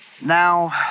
Now